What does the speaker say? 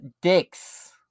dicks